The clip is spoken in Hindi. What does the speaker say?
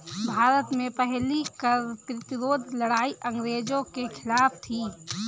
भारत में पहली कर प्रतिरोध लड़ाई अंग्रेजों के खिलाफ थी